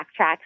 backtracks